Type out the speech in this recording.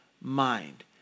mind